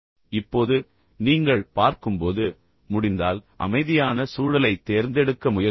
இப்போது நீங்கள் பார்க்கும்போது முடிந்தால் அமைதியான சூழலைத் தேர்ந்தெடுக்க முயற்சிக்கவும்